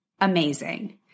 amazing